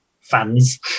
fans